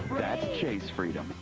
that's chase freedom.